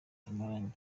tumaranye